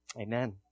Amen